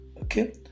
Okay